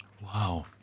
Wow